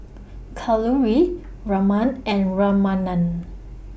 Kalluri Raman and Ramanand